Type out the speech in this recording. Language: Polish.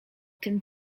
tym